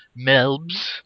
Melbs